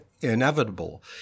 inevitable